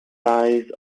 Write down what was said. size